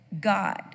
God